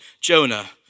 Jonah